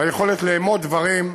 והיכולת לאמוד דברים,